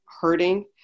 hurting